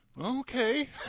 Okay